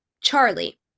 charlie